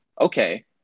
okay